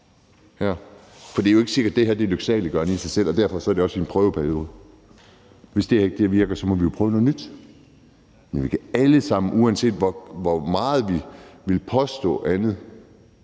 Det er jo ikke sikkert, at det her er lyksaliggørende i sig selv, og derfor vil det også være i en prøveperiode. Hvis det her ikke virker, må vi jo prøve noget nyt, men uanset hvor meget vi vil påstå andet,